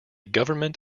government